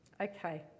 Okay